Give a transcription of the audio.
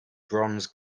bronze